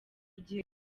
igihe